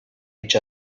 each